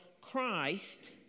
Christ